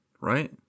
Right